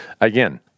again